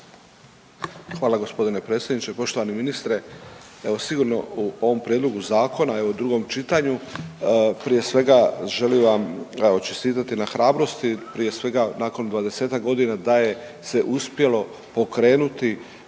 Hvala g. predsjedniče, poštovani ministre. Evo sigurno u ovom prijedlogu zakona, evo drugom čitanju prije svega želim vam, evo, čestitati na hrabrosti, prije svega, nakon 20-ak godina da je se uspjelo pokrenuti